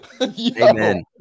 Amen